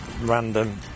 random